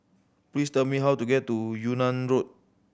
please tell me how to get to Yunnan Road